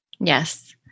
Yes